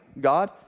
God